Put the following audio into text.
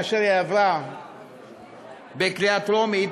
כאשר היא עברה בקריאה טרומית,